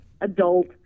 adult